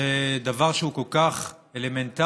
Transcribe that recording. שזה דבר כל כך אלמנטרי,